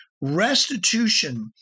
restitution